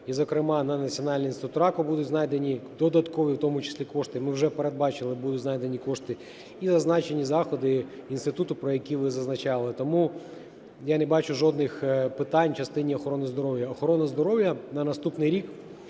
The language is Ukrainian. і, зокрема, на Національний інститут раку будуть знайдені додаткові в тому числі кошти, ми вже передбачили, будуть знайдені кошти, і на зазначені заходи інституту, про які ви зазначали. Тому я не бачу жодних питань в частині охорони здоров'я. Охорона здоров'я на наступний рік